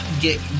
get